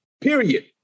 period